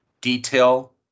detail